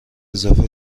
اضافه